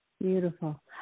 Beautiful